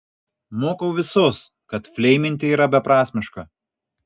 mokau visus kad fleiminti yra beprasmiška